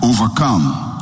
overcome